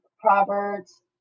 Proverbs